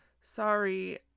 Sorry